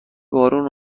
بارون